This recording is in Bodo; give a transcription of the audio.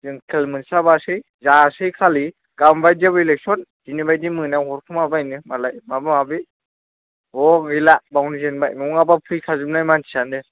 जों खेल मोनस्लाबासै जासै खालि गाबोमबादियाव ईलेकसन दिनैबादि मोनायाव हरखुमाबायनो मालाय माबा माबि ह' गैला बावनो जेनबाय नङाबा फैखा जोबनाय मानसियानो